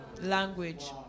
language